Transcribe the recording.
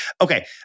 Okay